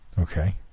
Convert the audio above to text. okay